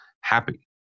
happy